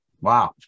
wow